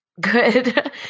Good